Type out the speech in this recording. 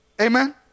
Amen